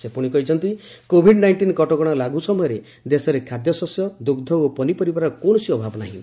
ସେ କହିଛନ୍ତି Covid nineteen କଟକଣା ଲାଗୁ ସମୟରେ ଦେଶରେ ଖାଦ୍ୟଶସ୍ୟ ଦୁଗ୍ଧ ଓ ପନିପରିବାର କକିଣସି ଅଭାବ ହୋଇନାହିଁ